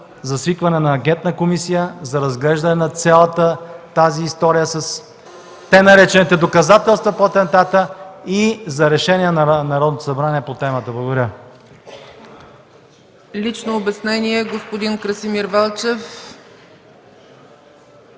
за свикване на Анкетна комисия за разглеждане на цялата тази история с тъй наречените доказателства по атентата и за решение на Народното събрание по темата. Благодаря. ПРЕДСЕДАТЕЛ ЦЕЦКА ЦАЧЕВА: Лично обяснение – господин Красимир Велчев.